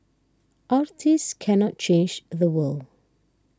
artists cannot change the world